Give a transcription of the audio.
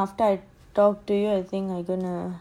I think after I talk to you I think I gonna